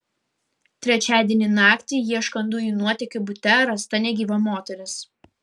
trečiadienį naktį ieškant dujų nuotėkio bute rasta negyva moteris